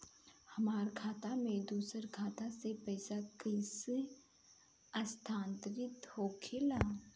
हमार खाता में दूसर खाता से पइसा कइसे स्थानांतरित होखे ला?